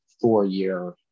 four-year –